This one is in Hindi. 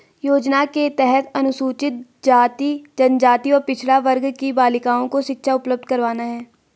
योजना के तहत अनुसूचित जाति, जनजाति व पिछड़ा वर्ग की बालिकाओं को शिक्षा उपलब्ध करवाना है